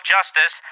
Justice